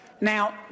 now